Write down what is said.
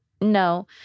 No